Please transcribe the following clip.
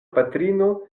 patrino